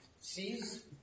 sees